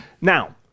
Now